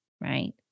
Right